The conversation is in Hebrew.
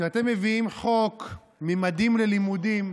כשאתם מביאים חוק ממדים ללימודים,